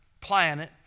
planet